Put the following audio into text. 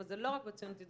אבל זה לא רק בציונות הדתית,